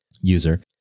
user